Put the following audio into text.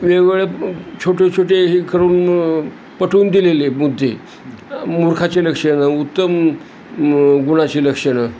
वेगवेगळे छोटे छोटे हे करून पटवून दिलेले मुद्दे मुर्खाचे लक्षण उत्तम गुणाचे लक्षणं